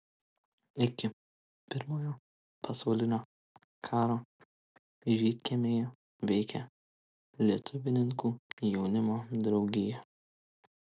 iki pirmojo pasaulinio karo žydkiemyje veikė lietuvininkų jaunimo draugija